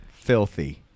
Filthy